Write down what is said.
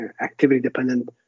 activity-dependent